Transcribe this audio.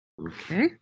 Okay